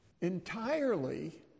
entirely